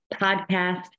podcast